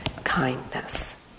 kindness